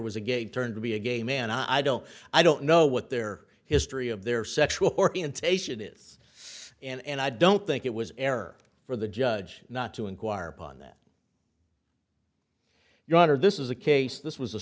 was a gay turned to be a gay man i don't i don't know what their history of their sexual orientation is and i don't think it was error for the judge not to inquire upon that your honor this is a case this was a